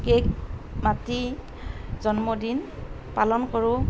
cake কাটি জন্মদিন পালন কৰোঁ